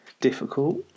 difficult